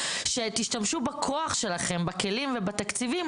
שתשתמשו בכוח שלכם בכלים ובתקציבים